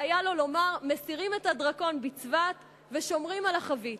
והיה לו לומר: מסירים את הדרקון בצבת ושומרים על החבית.